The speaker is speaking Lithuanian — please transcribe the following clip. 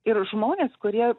ir žmonės kurie